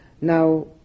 Now